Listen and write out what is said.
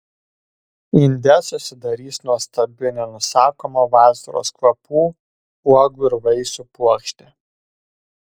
inde susidarys nuostabi nenusakomo vasaros kvapų uogų ir vaisių puokštė